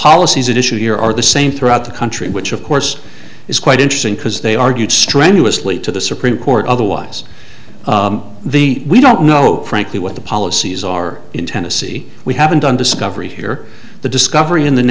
policies at issue here are the same throughout the country which of course is quite interesting because they argued strenuously to the supreme court otherwise the we don't know frankly what the policies are in tennessee we haven't done discovery here the discovery in the